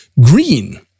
green